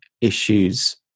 issues